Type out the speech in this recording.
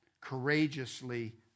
courageously